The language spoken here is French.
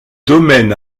domaine